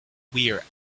weir